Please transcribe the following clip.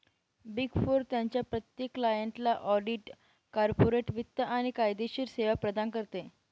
big four त्यांच्या प्रत्येक क्लायंटला ऑडिट, कॉर्पोरेट वित्त आणि कायदेशीर सेवा प्रदान करते